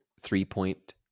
three-point